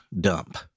dump